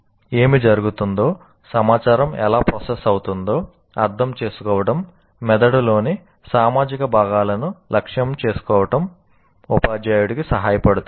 ఏమి జరుగుతుందో సమాచారం ఎలా ప్రాసెస్ అవుతుందో అర్థం చేసుకోవడం మెదడులోని సామాజిక భాగాలను లక్ష్యంగా చేసుకోవడానికి ఉపాధ్యాయుడికి సహాయపడుతుంది